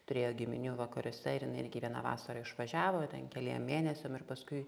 turėjo giminių vakaruose ir jinai irgi vieną vasarą išvažiavo ten keliem mėnesiam ir paskui